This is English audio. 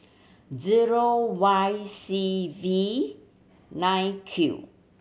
zero Y C V nine Q